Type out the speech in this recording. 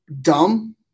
Dumb